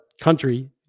country